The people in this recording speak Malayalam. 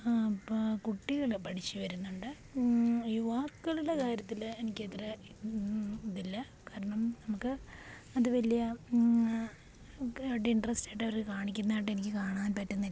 ഇപ്പം കുട്ടികൾ പഠിച്ച് വരുന്നുണ്ട് യുവാക്കളുടെ കാര്യത്തിൽ എനിക്കത്ര ഇതില്ല കാരണം നമുക്ക് അത് വലിയ ഒരു ഇൻട്രസ്റ്റ് ആയിട്ട് അവർ കാണിക്കുന്നതായിട്ട് എനിക്ക് കാണാൻ പറ്റുന്നില്ല